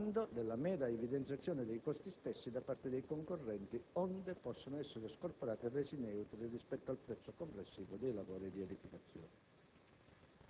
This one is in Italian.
bando, della mera evidenziazione dei costi stessi da parte dei concorrenti, onde possano essere scorporati e resi neutri rispetto al prezzo complessivo dei lavori di edificazione.